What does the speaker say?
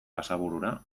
basaburura